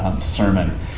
sermon